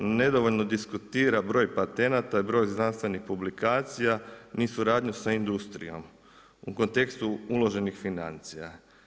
Nedovoljno diskutira broj patenata i broj znanstvenih publikacija ni suradnju sa industrijom u kontekstu uloženih financija.